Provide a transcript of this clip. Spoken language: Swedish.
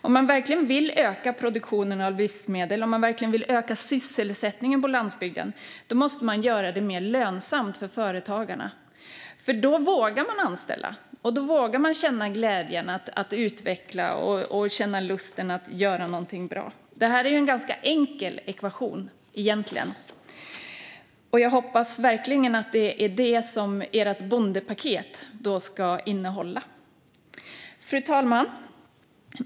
Om man verkligen vill öka produktionen av livsmedel och öka sysselsättningen på landsbygden måste man göra det mer lönsamt för företagarna, för då vågar de anställa och kan känna glädje i att utveckla något och känna lusten att göra något bra. Detta är egentligen en enkel ekvation. Jag hoppas verkligen att detta är vad regeringens bondepaket kommer att innehålla. Fru talman!